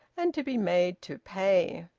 and to be made to pay.